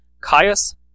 Caius